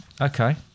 okay